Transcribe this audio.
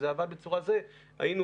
היינו,